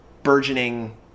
burgeoning